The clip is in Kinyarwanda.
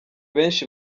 benshi